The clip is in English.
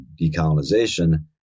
decolonization